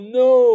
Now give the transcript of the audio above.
no